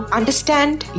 understand